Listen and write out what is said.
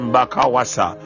Bakawasa